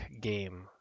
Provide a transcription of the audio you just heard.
game